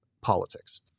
politics